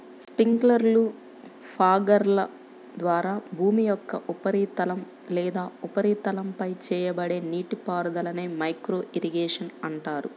స్ప్రింక్లర్లు, ఫాగర్ల ద్వారా భూమి యొక్క ఉపరితలం లేదా ఉపరితలంపై చేయబడే నీటిపారుదలనే మైక్రో ఇరిగేషన్ అంటారు